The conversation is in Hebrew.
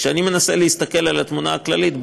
כשאני מנסה להסתכל על התמונה הכללית,